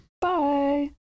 bye